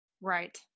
Right